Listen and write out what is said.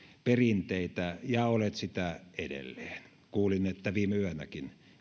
perinteitä ja olet sitä edelleen kuulin että viime yönäkin